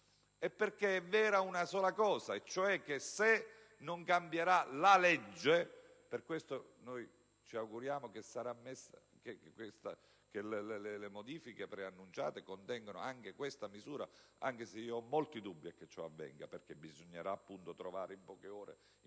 perché è vera una sola cosa, cioè che, se non cambierà la legge (e per questo ci auguriamo che le modifiche preannunciate contengano questa misura, anche se ho molti dubbi che ciò avvenga, perché bisognerà appunto trovare in pochi giorni